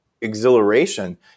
exhilaration